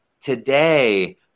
Today